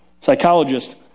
psychologist